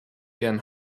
deren